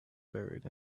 buried